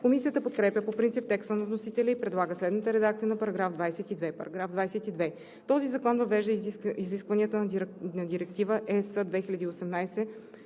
Комисията подкрепя по принцип текста на вносителя и предлага следната редакция на § 22: „§ 22. Този закон въвежда изискванията на Директива (ЕС) 2018/958